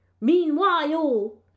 Meanwhile